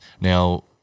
now